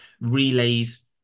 relays